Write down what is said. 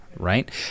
Right